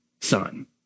son